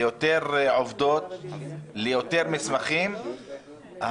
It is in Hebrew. ליותר עובדות וליותר מסמכים,